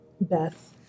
Beth